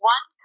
One